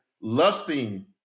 lusting